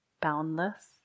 Boundless